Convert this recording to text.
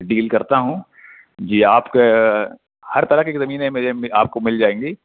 deal کرتا ہوں جی آپ ہر طرح کی زمینیں میرے آپ کو مل جائیں گی